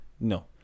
no